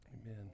Amen